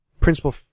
principal